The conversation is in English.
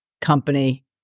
company